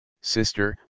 sister